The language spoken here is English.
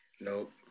Nope